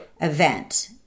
event